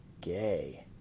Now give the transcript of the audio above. Gay